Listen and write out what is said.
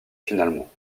finalement